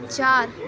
چار